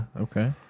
Okay